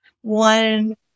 one